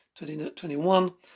2021